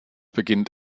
beginnt